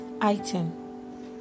item